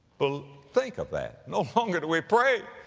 bul, think of that. no longer do we pray,